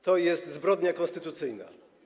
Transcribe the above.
to jest zbrodnia konstytucyjna.